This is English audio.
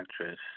actress